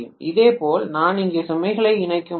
இதேபோல் நான் இங்கே சுமைகளை இணைக்க முடியும்